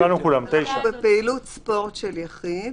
"(9) פעילות ספורט של יחיד,